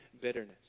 bitterness